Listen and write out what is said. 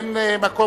אין מקום,